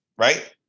right